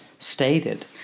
Stated